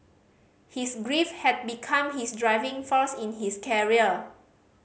his grief had become his driving force in his carrier